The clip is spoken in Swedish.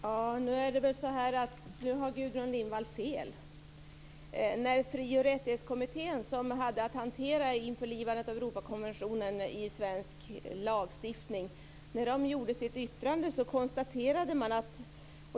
Fru talman! Nu har Gudrun Lindvall fel. När Frioch rättighetskommittén, som hade att hantera införlivandet av Europakonventionen i svensk lagstiftning, gjorde sitt yttrande konstaterade man detta.